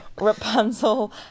Rapunzel